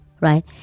right